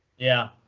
yeah.